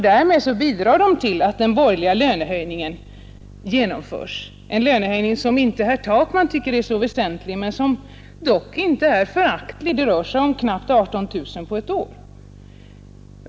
Därmed bidrar de till att den borgerliga lönehöjningen genomförs — en lönehöjning som herr Takman inte tycker är så väsentlig men som dock inte är föraktlig: det rör sig om ungefär 18 000 kronor på ett år, vid en förändring från U22 till U27.